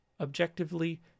objectively